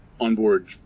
onboard